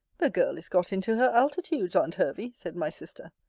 the girl is got into her altitudes, aunt hervey, said my sister.